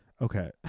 Okay